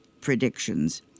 predictions